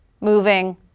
moving